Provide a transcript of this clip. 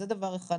זה דבר אחד.